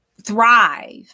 thrive